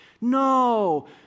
No